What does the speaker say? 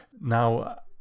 now